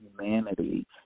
humanity